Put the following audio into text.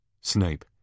Snape